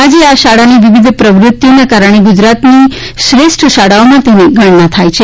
આજે આ શાળાની વિવિધ પ્રવૃત્તિઓના કારણે તેની ગુજરાતની શ્રેષ્ઠ શાળાઓમાં ગણના થાય છે